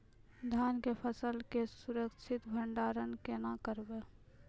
धान के फसल के सुरक्षित भंडारण केना करबै?